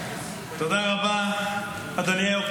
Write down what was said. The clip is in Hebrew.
תודה רבה, אדוני היו"ר.